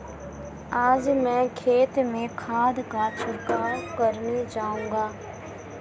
आज मैं खेत में खाद का छिड़काव करने जाऊंगा